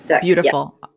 Beautiful